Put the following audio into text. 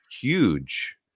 huge